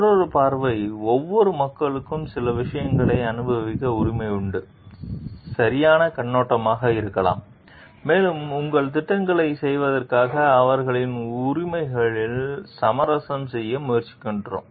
மற்றொரு பார்வை ஒவ்வொரு மக்களுக்கும் சில விஷயங்களை அனுபவிக்க உரிமை உண்டு சரியான கண்ணோட்டமாக இருக்கலாம் மேலும் உங்கள் திட்டங்களைச் செய்வதற்காக அவர்களின் உரிமைகளில் சமரசம் செய்ய முயற்சிக்கிறோம்